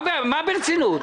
מה ברצינות?